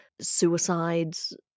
suicides